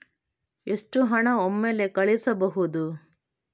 ಎಷ್ಟು ಹಣ ಒಮ್ಮೆಲೇ ಕಳುಹಿಸಬಹುದು?